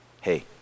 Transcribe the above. hey